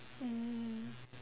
mm